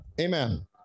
Amen